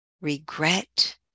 regret